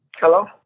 Hello